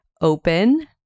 open